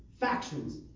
factions